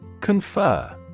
Confer